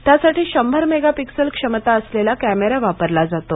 त्यासाठी शंभर मेगापिक्सल क्षमता असलेला कॅमेरा वापरला जातो